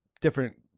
different